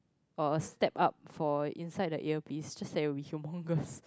or a steep up for inside the earpiece just that we can